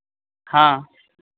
हाँ